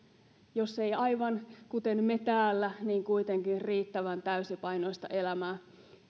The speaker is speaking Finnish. jos ei aivan kuten me täällä niin kuitenkin riittävän täysipainoista elämää